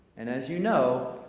and as you know,